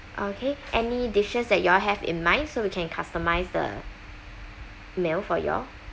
okay any dishes that you all have in mind so we can customize the meal for you all